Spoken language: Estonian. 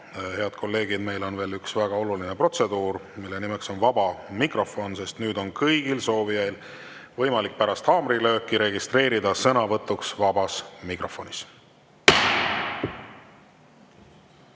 head kolleegid, meil on veel üks väga oluline protseduur, mille nimeks on vaba mikrofon. Nüüd on kõigil soovijail võimalus pärast haamrilööki registreeruda sõnavõtuks vabas mikrofonis.